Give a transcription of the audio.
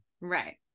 Right